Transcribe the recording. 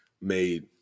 made